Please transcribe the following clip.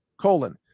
colon